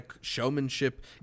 showmanship